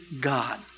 God